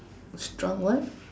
shrunk what